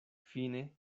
fine